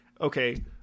okay